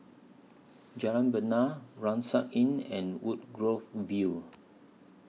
Jalan Bena Inn and Woodgrove View